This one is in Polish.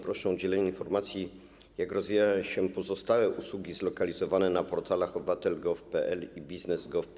Proszę o udzielenie informacji, jak rozwijają się pozostałe usługi zlokalizowane na portalach obywatel.gov.pl i biznes.gov.pl.